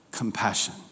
Compassion